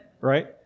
Right